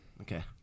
Okay